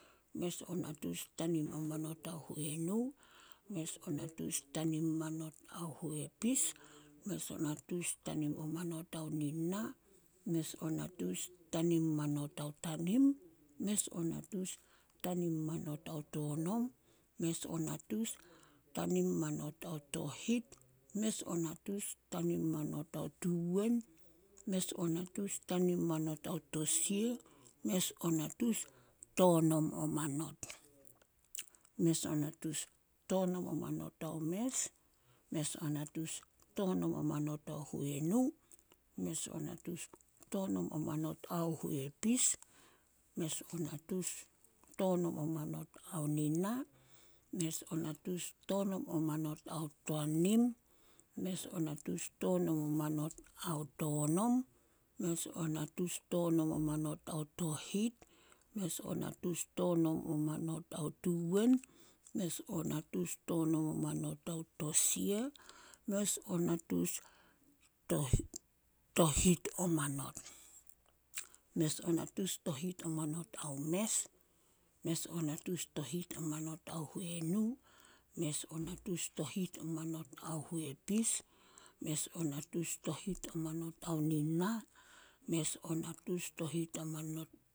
﻿Mes o natus tanim o manat ao huenu, mes o natus tanim manat ao huepis, mes o natus tanim o manat ao nina, mes o natus tanim manot ao tanim, mes o natus tanim manot ao tonom, mes o natus tanim manot ao tohit, mes o natus tanim manot ao tuwen, mes o natus tanim manot ao tosia, mes o natus tonom o manot. Mes o natus tonom o manot ao mes, mes o natus tonom o manot ao huenu, mes o natus tonom o manot ao huepis, mes o natus tonom o manot ao nina, mes o natus tonom o manot ao tanim, mes o natus tonom o manot ao tonom, mes o natus tonom o manot ao tohit, mes o natus tonom o manot ao tuwen, mes o natus tonom o manot ao tosia, mes o natus tohi- tohit o manot. Mes o natus tohit o manot ao mes, mes o natus tohit o manot ao huenu, mes o natus tohit o manot ao huepis, mes o natus tohit o manot ao nina, mes o natus tohit o manot.